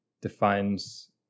defines